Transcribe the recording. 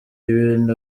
ibintu